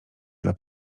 dla